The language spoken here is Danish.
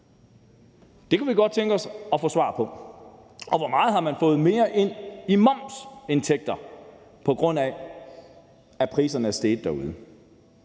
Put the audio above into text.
Det kunne vi godt tænke os at få svar på. Og hvor meget har man fået mere ind i momsindtægter, på grund af at priserne er steget derude?